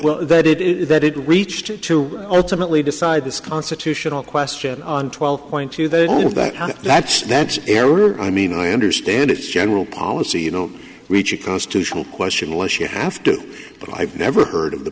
with that it is that it reached to ultimately decide this constitutional question on twelve point two they don't have that that's that's error i mean i understand it's general policy you know reach a constitutional question once you have to but i've never heard